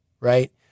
right